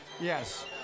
Yes